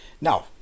Now